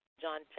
John